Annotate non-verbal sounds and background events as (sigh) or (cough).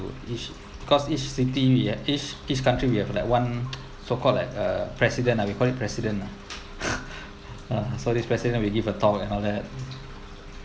each because each city we have each each country we have like one (noise) so called like a president ah we call it president ah (breath) so this president will give a talk and all that